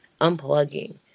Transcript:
Unplugging